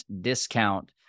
discount